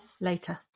Later